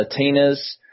Latinas